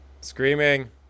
Screaming